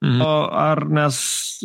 nu ar mes